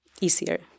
easier